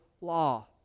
law